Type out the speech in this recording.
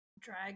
drag